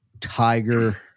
tiger